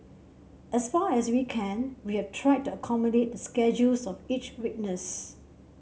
as far as we can we have tried to accommodate the schedules of each witness